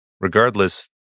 Regardless